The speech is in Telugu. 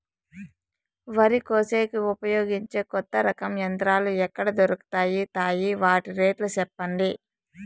వరి కోసేకి ఉపయోగించే కొత్త రకం యంత్రాలు ఎక్కడ దొరుకుతాయి తాయి? వాటి రేట్లు చెప్పండి?